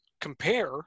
compare